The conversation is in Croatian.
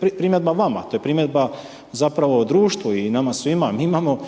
primjedba vama, to je primjedba zapravo društvu i nama svima. Mi imamo